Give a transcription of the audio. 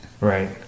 Right